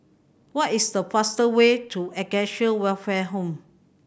what is the fastest way to Acacia Welfare Home